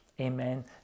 amen